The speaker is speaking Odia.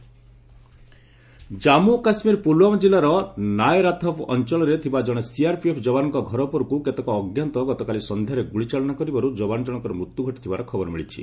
J and K CRPF Jammu ଓ କାଶ୍କୀର ପୁଲୁୱାମା ଜିଲ୍ଲାର ନାଏରାତହବ ଅଞ୍ଚଳରେ ଥିବା ଜଣେ ସିଆର୍ପିଏଫ୍ ଯବାନଙ୍କ ଘର ଉପରକୁ କେତେକ ଅଜ୍ଞାତ ଗତକାଲି ସନ୍ଧ୍ୟାରେ ଗୁଳି ଚାଳନା କରିବାରୁ ଯବାନ ଜଣଙ୍କର ମୃତ୍ୟୁ ଘଟିଥିବାର ଖବର ମିଳିଛି